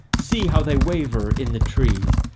see how they waver in the trees,